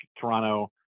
Toronto